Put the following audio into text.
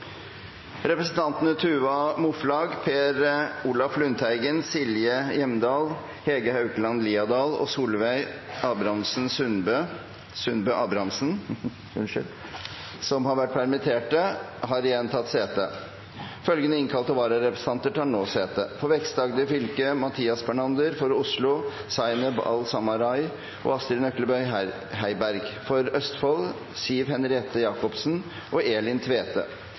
Representantene Tuva Moflag , Per Olaf Lundteigen , Silje Hjemdal , Hege Haukeland Liadal og Solveig Sundbø Abrahamsen , som har vært permittert, har igjen tatt sete. Følgende innkalte vararepresentanter tar nå sete: For Vest-Agder fylke: Mathias Bernander For Oslo: Zaineb Al-Samarai og Astrid Nøklebye Heiberg For Østfold fylke: Siv Henriette Jacobsen og Elin Tvete